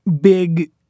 big